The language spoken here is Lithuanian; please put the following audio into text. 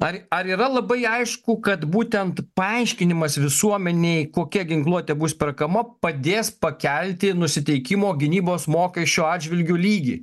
ar ar yra labai aišku kad būtent paaiškinimas visuomenei kokia ginkluotė bus perkama padės pakelti nusiteikimo gynybos mokesčių atžvilgiu lygį